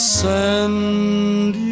send